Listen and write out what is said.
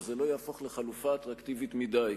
כדי שזה לא יהפוך לחלופה אטרקטיבית מדי,